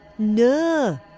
No